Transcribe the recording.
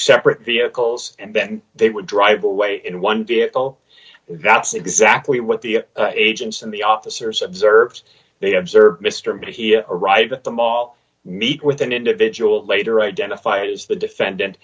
separate vehicles and then they would drive away in one vehicle that's exactly what the agents and the officers observed they observed mr miller he arrived at the mall meet with an individual later identified as the defendant